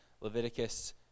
Leviticus